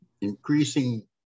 increasing